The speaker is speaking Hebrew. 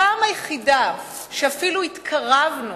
הפעם היחידה שאפילו התקרבנו